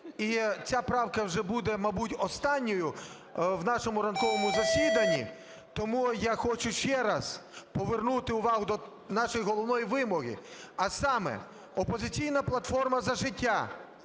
І ця правка вже буде, мабуть, останньою в нашому ранковому засіданні. Тому я хочу ще раз повернути увагу до нашої головної вимоги. А саме, "Опозиційна платформа - За життя"